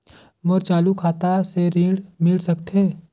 मोर चालू खाता से ऋण मिल सकथे?